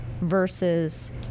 versus